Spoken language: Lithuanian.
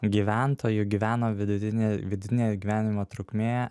gyventojų gyveno vidutinė vidutinė gyvenimo trukmė